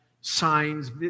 signs